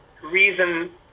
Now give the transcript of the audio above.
reason